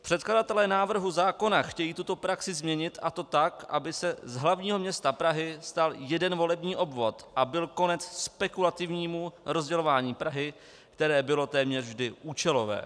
Předkladatelé návrhu zákona chtějí tuto praxi změnit, a to tak, aby se z hlavního města Prahy stal jeden volební obvod a byl konec spekulativnímu rozdělování Prahy, které bylo téměř vždy účelové.